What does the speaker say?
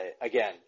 Again